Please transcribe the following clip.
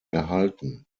erhalten